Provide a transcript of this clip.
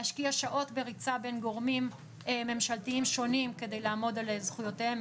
להשקיע שעות בריצה בין גורמים ממשלתיים שונים כדי לעמוד על זכויותיהם,